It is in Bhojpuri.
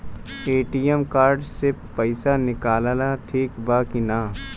ए.टी.एम कार्ड से पईसा निकालल ठीक बा की ना?